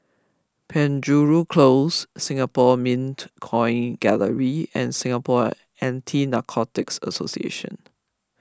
Penjuru Close Singapore Mint Coin Gallery and Singapore Anti Narcotics Association